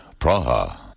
Praha